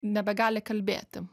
nebegali kalbėti